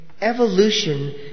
evolution